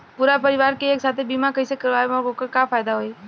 पूरा परिवार के एके साथे बीमा कईसे करवाएम और ओकर का फायदा होई?